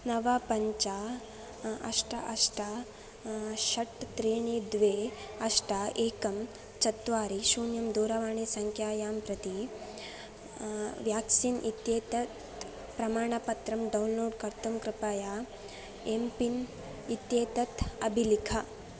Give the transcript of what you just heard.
नव पञ्च अष्ट अष्ट षट् त्रीणि द्वे अष्ट एकं चत्वारि शून्यं दूरवाणीसङ्ख्यायां प्रति व्याक्सीन् इत्येतत् प्रमाणपत्रम् डौण्लोड् कर्तुं कृपया एम्पिन् इत्येतद् अभिलिख